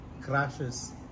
crashes